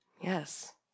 Yes